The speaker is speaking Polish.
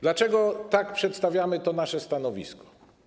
Dlaczego tak przedstawiamy to nasze stanowisko?